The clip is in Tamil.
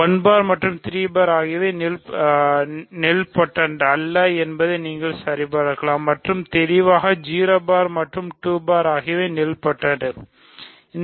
1 பார் மற்றும் 3 பார் ஆகியவை நீல்பொடென்ட் அல்ல என்பதை நீங்கள் சரிபார்க்கலாம் மற்றும் தெளிவாக 0 பார் மற்றும் 2 பார் ஆகியவை நீல்பொடென்ட்